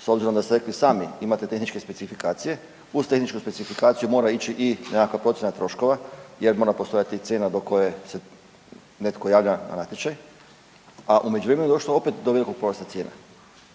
s obzirom da ste rekli i sami, imate tehničke specifikacije, uz tehničku specifikaciju mora ići i nekakva procjena troškova, jer mora postojati cijena do koje se netko javlja na natječaj, a u međuvremenu je došlo opet do velikog porasta cijena.